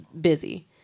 busy